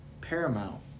paramount